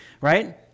right